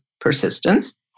persistence